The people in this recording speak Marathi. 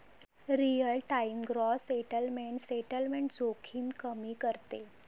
real time gross settlement settlement जोखीम कमी करते